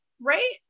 right